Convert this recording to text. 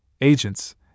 Agents